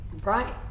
Right